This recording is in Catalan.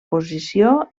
posició